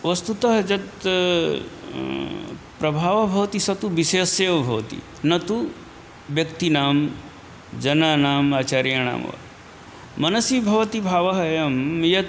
वस्तुतः यत् प्रभावः भवति सः तु विषयस्य एव भवति न तु व्यक्तीनां जनानाम् आचार्याणां वा मनसि भवति भावः अयं यत्